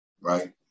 right